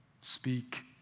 Speak